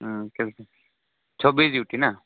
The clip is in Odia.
ଛବିଶ୍ ଦେଉଛି ନା